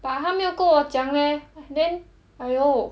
but 他跟我讲 then !aiyo!